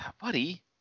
Buddy